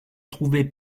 trouvait